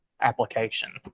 application